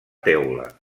teula